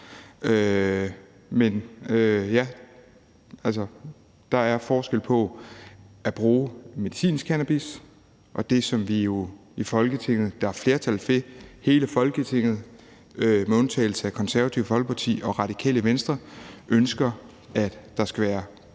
Men det er noget andet at bruge medicinsk cannabis, det, som der er flertal for i Folketinget. Hele Folketinget med undtagelse af Det Konservative Folkeparti og Radikale Venstre ønsker, at der skal være